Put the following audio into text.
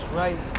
right